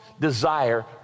desire